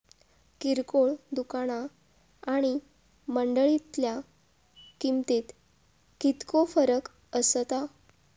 किरकोळ दुकाना आणि मंडळीतल्या किमतीत कितको फरक असता?